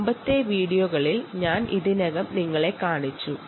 മുമ്പത്തെ വീഡിയോകളിൽ ഞാൻ ഇത് നിങ്ങളെ കാണിച്ചിരുന്നു